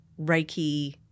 Reiki